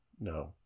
No